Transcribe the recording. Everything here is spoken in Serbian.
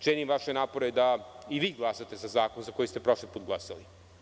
Cenim vaše napore da i vi glasate za zakon za koji ste prošli put glasali.